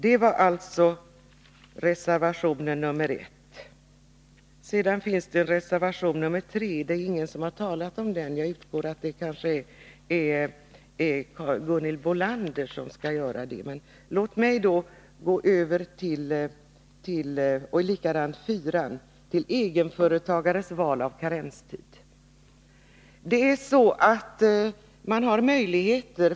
Detta var alltså reservation 1. Sedan finns det en reservation 3. Det är ingen som har talat om den. Jag utgår från att det kanske är Gunhild Bolander som skall göra det. Likadant med reservation 4. Låt mig gå över till reservation 5 om egenföretagares val av karenstid.